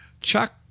Chuck